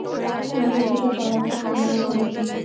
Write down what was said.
কোন পশু কে পালন করলে মুনাফা বেশি?